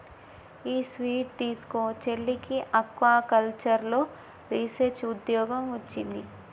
ఈ స్వీట్ తీస్కో, చెల్లికి ఆక్వాకల్చర్లో రీసెర్చ్ ఉద్యోగం వొచ్చింది